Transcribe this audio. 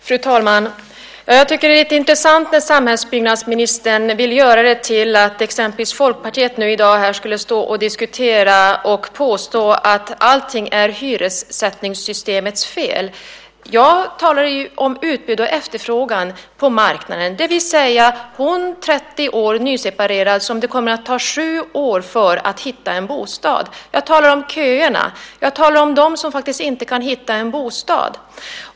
Fru talman! Jag tycker att det är intressant när samhällsbyggnadsministern vill få det till att exempelvis Folkpartiet här i dag skulle påstå att allting är hyressättningssystemets fel. Jag talar ju om utbud och efterfrågan på marknaden, det vill säga den kvinna på 30 år som det kommer att ta sju år för att hitta en bostad. Jag talar om köerna. Jag talar om dem som faktiskt inte kan hitta en bostad.